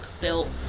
built